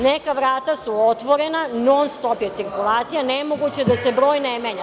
Neka vrata su otvorena, non stop je cirkulacija, nemoguće da se broj ne menja.